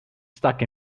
stuck